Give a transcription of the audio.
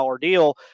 deal